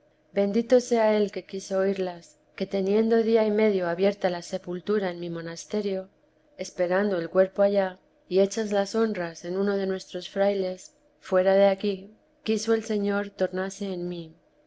bendito sea él que quiso oírlas que teniendo día y medio abierta la sepultura en mi monasterio esperando el cuerpo allá y hechas las honras en uno de nuestros frailes fuera de aquí quiso el señor tornase en mí